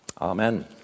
Amen